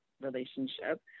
relationship